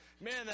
Man